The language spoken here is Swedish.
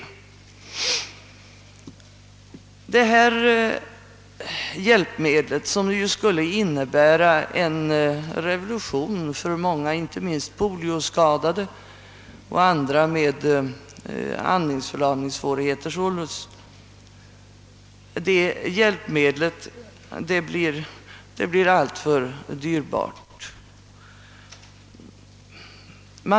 Detta hjälpmedel, som ju skulle innebära en revolution, för många polioskadade och andra med andningsförlamningssvårigheter, blir nu alltför dyrbart för dem.